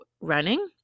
running